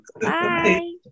bye